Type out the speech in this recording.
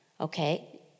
Okay